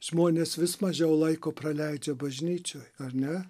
žmonės vis mažiau laiko praleidžia bažnyčioj ar ne